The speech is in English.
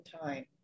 time